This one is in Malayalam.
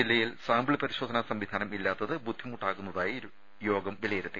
ജില്ലയിൽ സാമ്പിൾ പരിശോധനാ സംവിധാനം ഇല്ലാത്തത് ബുദ്ധിമുട്ടാവുന്നതായി യോഗം വിലയിരുത്തി